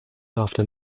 after